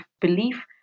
belief